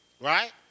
right